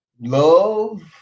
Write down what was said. love